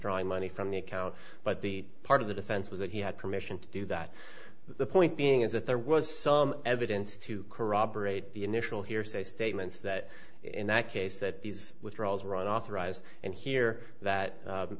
money from the account but the part of the defense was that he had permission to do that the point being is that there was some evidence to corroborate the initial hearsay statements that in that case that these withdrawals are authorized and here that